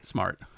Smart